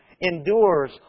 Endures